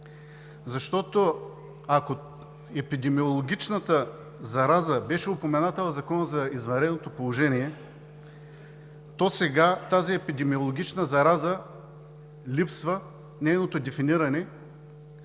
Защото ако епидемиологичната зараза беше упомената в Закона за извънредното положение, то сега тази епидемиологична зараза – липсва нейното дефиниране,